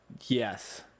Yes